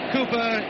Cooper